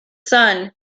son